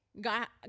got